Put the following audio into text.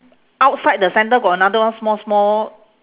outside the centre got another one small small